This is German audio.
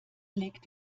legt